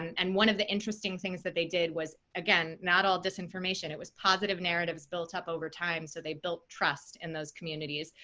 and one of the interesting things that they did was, again, not all disinformation. it was positive narratives built up over time, so they built trust in those communities.